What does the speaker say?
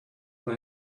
they